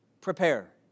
Prepare